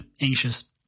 anxious